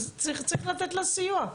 אז צריך לתת לה סיוע,